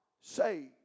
saved